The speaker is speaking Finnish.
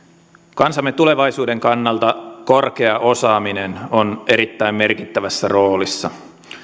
kansamme tulevaisuuden kannalta korkea osaaminen on erittäin merkittävässä roolissa